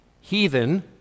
heathen